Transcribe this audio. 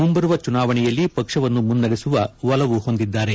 ಮುಂಬರುವ ಚುನಾವಣೆಯಲ್ಲಿ ಪಕ್ಷವನ್ನು ಮುನ್ನಡೆಸುವ ಒಲವು ಹೊಂದಿದ್ದಾರೆ